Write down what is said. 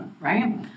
Right